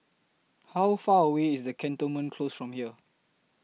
How Far away IS Cantonment Close from here